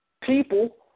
people